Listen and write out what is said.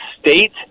State